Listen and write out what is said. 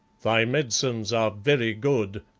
thy medicines are very good,